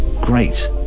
Great